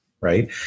right